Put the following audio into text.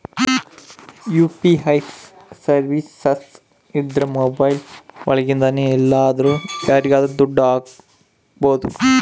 UPI services ಇದ್ರ mobile ಒಳಗಿಂದನೆ ಎಲ್ಲಾದ್ರೂ ಯಾರಿಗಾದ್ರೂ ದುಡ್ಡು ಹಕ್ಬೋದು